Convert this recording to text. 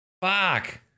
Fuck